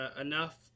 enough